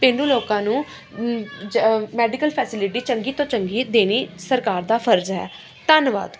ਪੇਂਡੂ ਲੋਕਾਂ ਨੂੰ ਮੈਡੀਕਲ ਫੈਸਿਲਿਟੀ ਚੰਗੀ ਤੋਂ ਚੰਗੀ ਦੇਣੀ ਸਰਕਾਰ ਦਾ ਫਰਜ਼ ਹੈ ਧੰਨਵਾਦ